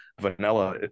Vanilla